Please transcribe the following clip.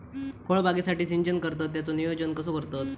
फळबागेसाठी सिंचन करतत त्याचो नियोजन कसो करतत?